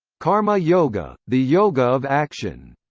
karma yoga the yoga of action.